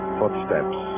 footsteps